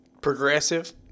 progressive